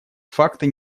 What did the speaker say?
факты